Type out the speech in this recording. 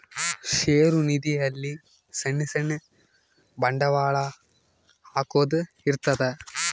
ಷೇರು ನಿಧಿ ಅಲ್ಲಿ ಸಣ್ ಸಣ್ ಬಂಡವಾಳ ಹಾಕೊದ್ ಇರ್ತದ